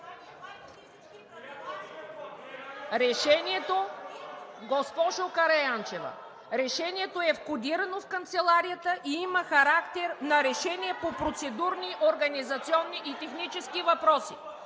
решението е входирано в канцеларията и има характер на решение по процедурни, организационни и технически въпроси.